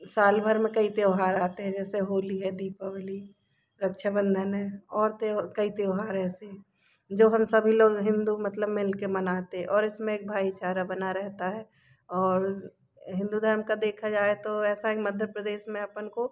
साल भर में कोई त्यौहार आते हैं जैसे होली है दीपावली रक्षाबंधन है और कई त्यौहार ऐसे हैं जो हम सभी लोग हिंदू मतलब मिलके मनाते और इसमें भाईचारा बना रेहता है और हिंदू धर्म का देखा जाए तो ऐसा एक मध्य प्रदेश में अपन को